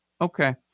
Okay